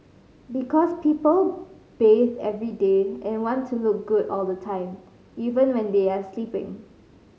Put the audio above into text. because people bath every day and want to look good all the time even when they are sleeping